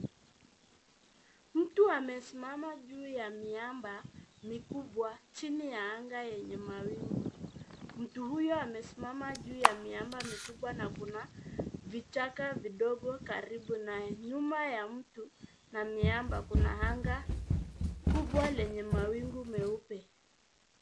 Mtu amesimama juu ya miamba mikubwa jini ya anga enye mawingu. Mtu huyo amesimama juu ya miamba mikubwa na kuna vichaka vidogo karibu naye, nyuma ya mtu na miamba kuna angaa kubwa lenye mawingu meupe.